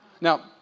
Now